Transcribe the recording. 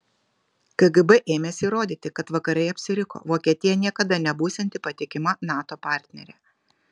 kgb ėmėsi įrodyti kad vakarai apsiriko vokietija niekada nebūsianti patikima nato partnerė